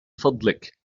فضلك